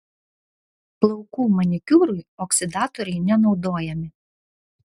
plaukų manikiūrui oksidatoriai nenaudojami